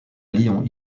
lyon